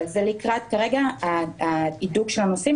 כרגע זה הידוק של הנושאים,